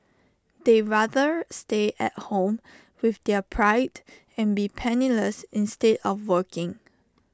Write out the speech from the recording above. they rather stay at home with their pride and be penniless instead of working